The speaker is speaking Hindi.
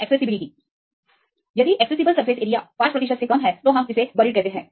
एक्सेसिबल सरफेस एरिया आप 5 प्रतिशत से कम देख सकते हैं हम इसे बरीड देख सकते हैं